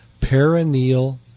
perineal